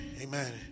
Amen